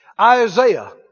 Isaiah